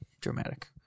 Dramatic